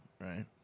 right